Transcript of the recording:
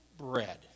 bread